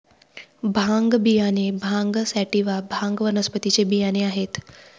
भांग बियाणे भांग सॅटिवा, भांग वनस्पतीचे बियाणे आहेत